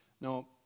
No